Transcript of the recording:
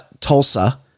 Tulsa